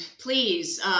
please